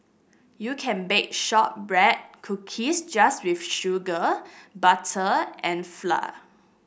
you can bake shortbread cookies just with sugar butter and flour